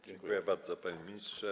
Dziękuję bardzo, panie ministrze.